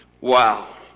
Wow